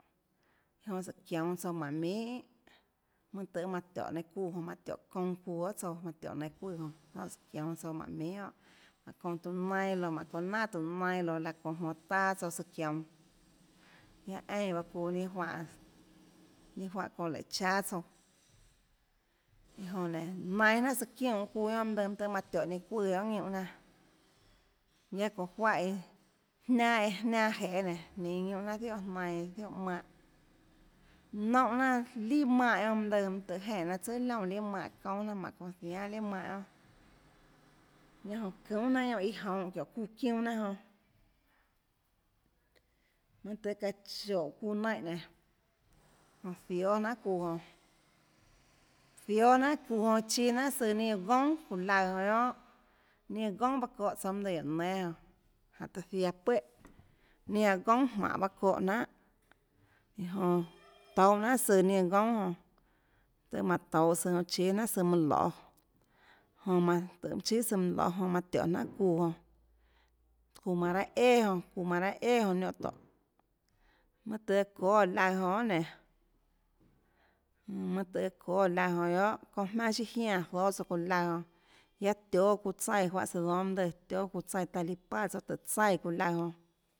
Jonã sùhå çionå tsouãjmánhå minhàn mønâ tøhê manã tióhå nainhå çuuã jonã manã tióhå çounã çuuã guiohà tsouãmanã tióhå nainhå çuùã jonã tsùhåçionå tsouã jmánhå minhà guiohà jmánhå çounã tuhå nailo jmánhå çounãnanà tuhå nailo laå çónhã jmonå taâ tsouã søã çionå guiaâ eínã pahâ çuuã ninâ juáhãninâ juáhã çounã lùhå cháâ tsouã iã jonã nénã nainå jnanàiâ çiánã çuuå guionâ mønâ lùãmønâ tøhê manã tióhå nainhå nínã çuùã guiohà ñiúnhã jnanàguiaâ çounã juáhã iã jnianâ eã jnianâ jeê nénå jninå ñiúnhã jnanà zióhà jnainã zióhà mánhã noúnhã jnanà lià mánhã guionâ mønâ lùãmønâ tøhê jenè jnanà tsùà liónã lià mánhãçoúnâ jnanà jmánhå çounã zianê lià mánhã guionâ guiaâ jonã çunhà jnanà guionâ íã jounhå çiónhå çuuã çiunâ jnanà jonã mønâ tøhê çaã chóhå çuuã naínhã nénå jonã zióâ jnanà çuuã jonã zióâ jnanà çuuã jonãchíâ jnanhà søãninâ gónà çuuã laøã jonã guiónà ninâ gón mønâ çóhã tsouã mønâ lùã guióå nénâ jonã jánhå taã ziaã puéhà ninâ aå gónà jmánhå pahâ çóhã jnanhàiã jonã touhâ jnanhà søã ninâ gónàjonã tøhê mánå touhå søã jonãchíâ jnanhà søã mønâ loê jonã manã tøhê manã chíà søã mønã loê jonã manã tióhå jnanhà çuuã jonãçuuã manã raâ æàjonãçuuã manã raâ æàjonã niónhã tóhå mønâ tøhê aã çóâ çuuã laøã jonã guiohà nénå mønâ tøhê çóâ çuuã laøã jonã guiohà çounã jmaønâ chiâ jiánã zóâ tsouã çuuã laøã jonãguiaâ tióâ çuuã tsaíã juáhã tsøã dónâ mønâ lùã tióâ çuuã tsaíãtaã líã páã tsouãtùhåtsaíã çuuã laøã jonã